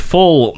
Full